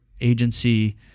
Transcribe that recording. Agency